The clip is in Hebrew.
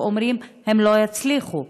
ואומרים: הם לא יצליחו.